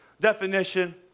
definition